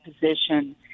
position